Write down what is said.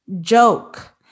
joke